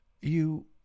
You